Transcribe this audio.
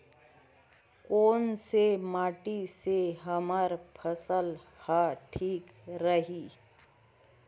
कोन से माटी से हमर फसल ह ठीक रही?